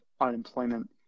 unemployment